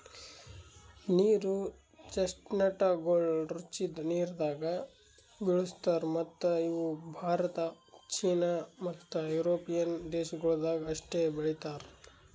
ನೀರು ಚೆಸ್ಟ್ನಟಗೊಳ್ ರುಚಿ ನೀರದಾಗ್ ಬೆಳುಸ್ತಾರ್ ಮತ್ತ ಇವು ಭಾರತ, ಚೀನಾ ಮತ್ತ್ ಯುರೋಪಿಯನ್ ದೇಶಗೊಳ್ದಾಗ್ ಅಷ್ಟೆ ಬೆಳೀತಾರ್